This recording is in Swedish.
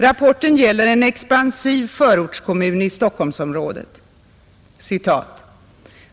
Rapporten gäller en expansiv förortskommun i Stockholmsområdet.